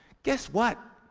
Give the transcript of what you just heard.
guess what?